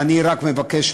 אני רק מבקש,